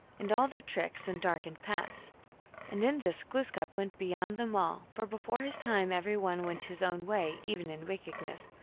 and all their tricks and darkened paths and in this glooskap went beyond them all, for before his time every one went his own way, even in wickedness.